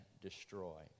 destroy